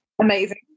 Amazing